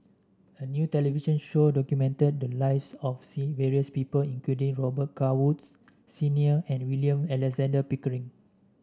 a new television show documented the lives of C various people including Robet Carr Woods Senior and William Alexander Pickering